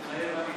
מתחייב אני